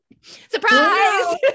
Surprise